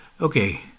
Okay